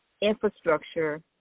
Infrastructure